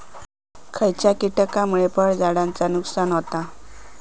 खयच्या किटकांमुळे फळझाडांचा नुकसान होता?